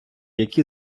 які